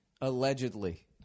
allegedly